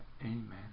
Amen